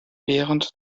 während